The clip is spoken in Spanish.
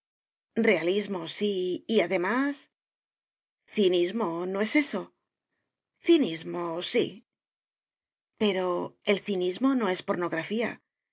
realismo sí y además cinismo no es eso cinismo sí pero el cinismo no es pornografía